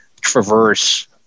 traverse